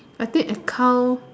I think accounts